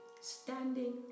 standing